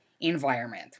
environment